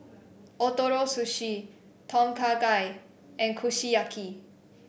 Ootoro Sushi Tom Kha Gai and Kushiyaki